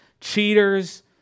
cheaters